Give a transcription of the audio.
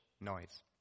noise